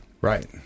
Right